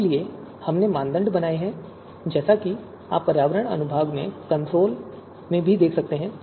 इसलिए हमने मानदंड बनाए हैं जैसा कि आप पर्यावरण अनुभाग में और कंसोल में भी देख सकते हैं